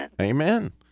Amen